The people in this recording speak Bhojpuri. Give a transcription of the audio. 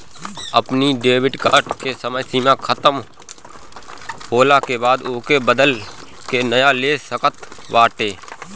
अपनी डेबिट कार्ड के समय सीमा खतम होखला के बाद ओके बदल के नया ले सकत बाटअ